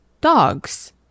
dogs